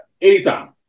Anytime